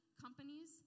companies